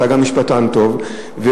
אתה גם משפטן טוב.